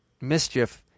mischief